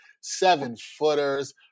seven-footers